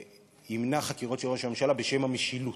שימנע חקירות של ראש הממשלה, בשם המשילות,